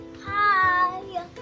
Hi